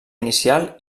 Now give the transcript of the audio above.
inicial